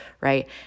right